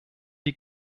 die